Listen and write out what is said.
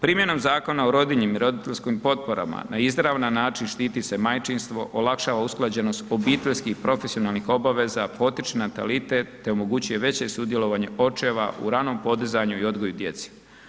Primjenom Zakona o rodiljnim i roditeljskim potporama na izravan način štiti se majčinstvo, olakšava usklađenost obiteljskih i profesionalnih obaveza, potiče natalitet te omogućuje veće sudjelovanje očeva u radnom podizanju i odgoju djece.